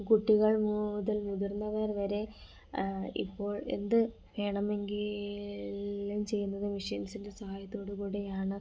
കുട്ടികൾ മൂതൽ മുതിർന്നവർ വരെ ഇപ്പോൾ എന്ത് വേണമെങ്കിലും ചെയ്യുന്നത് മിഷ്യൻസിൻ്റെ സഹായത്തോട് കൂടിയാണ്